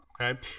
Okay